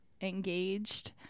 engaged